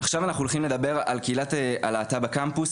עכשיו אנחנו הולכים לדבר על קהילת הלהט"ב בקמפוס,